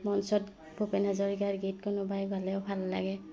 মঞ্চত ভূপেন হাজৰিকাৰ গীত কোনোবাই গালেও ভাল লাগে